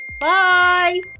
Bye